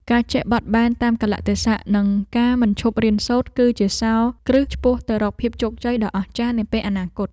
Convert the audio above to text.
ការចេះបត់បែនតាមកាលៈទេសៈនិងការមិនឈប់រៀនសូត្រ គឺជាសោរគ្រឹះឆ្ពោះទៅរកភាពជោគជ័យដ៏អស្ចារ្យនាពេលអនាគត។